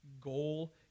goal